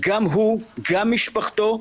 גם הוא, גם משפחתו,